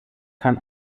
kann